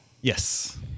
Yes